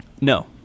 No